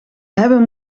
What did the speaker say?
hebben